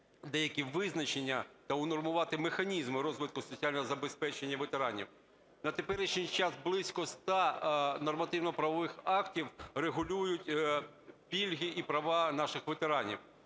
деякі визначення та унормувати механізми розвитку соціального забезпечення ветеранів. На теперішній час близько ста нормативно-правових актів регулюють пільги і права наших ветеранів